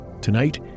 Tonight